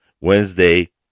Wednesday